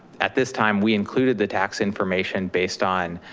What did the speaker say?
at this time, we included the tax information based on